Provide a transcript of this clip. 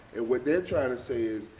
what they're trying to say is,